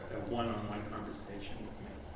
a one-on-one conversation with me.